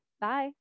Bye